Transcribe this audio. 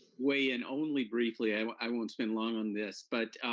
weigh in only briefly, i but i won't spend long on this, but